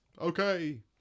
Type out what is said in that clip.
okay